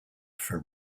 for